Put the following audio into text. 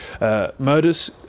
murders